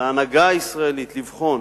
על ההנהגה הישראלית, לבחון